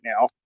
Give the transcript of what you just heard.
now